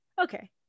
okay